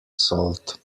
salt